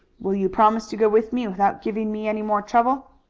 will you promise to go with me without giving me any more trouble?